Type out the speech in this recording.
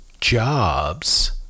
jobs